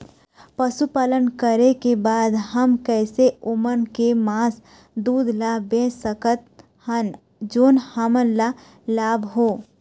पशुपालन करें के बाद हम कैसे ओमन के मास, दूध ला बेच सकत हन जोन हमन ला लाभ हो?